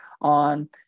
on